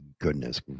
goodness